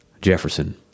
Jefferson